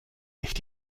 echt